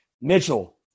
Mitchell